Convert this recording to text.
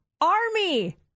Army